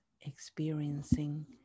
experiencing